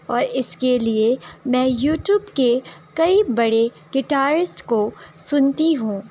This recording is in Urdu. اور اس کے لیے میں یوٹوب کے کئی بڑے گیٹارز کو سنتی ہوں